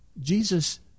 Jesus